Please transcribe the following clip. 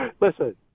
Listen